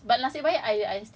it's like your whole uni is like